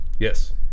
Yes